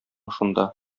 шунда